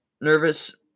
nervous